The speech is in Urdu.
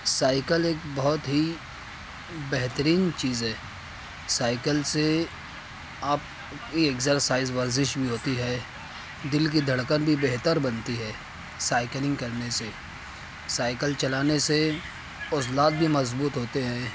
سائیکل ایک بہت ہی بہترین چیز ہے سائیکل سے آپ اکسرسائز ورزش بھی ہوتی ہے دل کی دھڑکن بھی بہتر بنتی ہے سائیکلنگ کرنے سے سائیکل چلانے سے عضلات بھی مضبوط بنتے ہیں